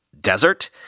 desert